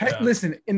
Listen